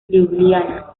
liubliana